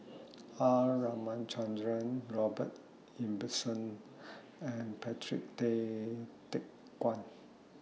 R Ramachandran Robert Ibbetson and Patrick Tay Teck Guan